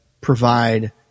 provide